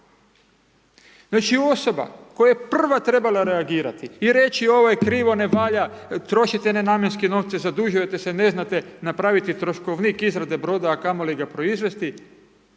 je osoba koja je prva trebala reagirati i reći ovo je krivo, ne valja, trošite nenamjenske novce, zadužujete se, ne znate napraviti troškovnik izrade broda, a kamo li ga proizvoditi.